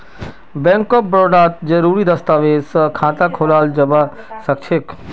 bank of बड़ौदात जरुरी दस्तावेज स खाता खोलाल जबा सखछेक